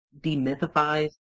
demythifies